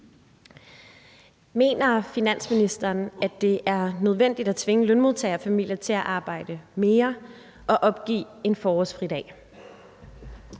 Mener finansministeren, at det er nødvendigt at tvinge lønmodtagerfamilier til at arbejde mere og opgive en forårsfridag?